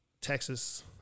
Texas